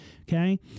Okay